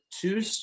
two –